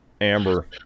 Amber